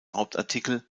hauptartikel